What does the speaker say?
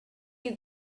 you